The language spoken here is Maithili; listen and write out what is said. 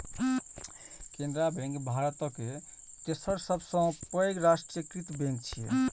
केनरा बैंक भारतक तेसर सबसं पैघ राष्ट्रीयकृत बैंक छियै